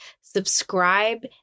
subscribe